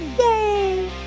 Yay